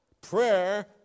Prayer